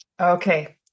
Okay